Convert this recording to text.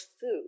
food